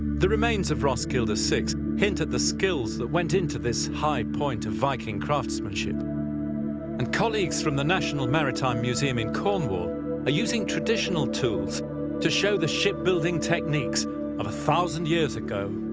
the remains of roskilde six hint at the skills that went into this high point of viking craftsmanship and colleagues from the national maritime museum in cornwall are using traditional tools to show the shipbuilding techniques of a thousand years ago.